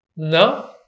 No